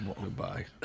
Goodbye